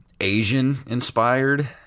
Asian-inspired